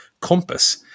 compass